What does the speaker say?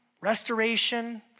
restoration